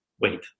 Wait